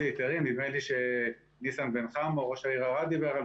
נדמה לי שניסן בן חמו, ראש עיריית ערד דיבר על